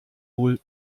wohl